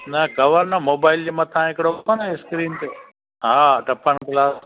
न कवर न मोबाइल जे मथां हिकिड़ो कोन्ह स्क्रीन ते हा टंपन ग्लास